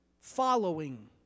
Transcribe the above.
following